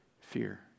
fear